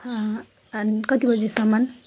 कति बजीसम्म